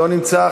לא נמצא.